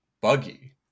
buggy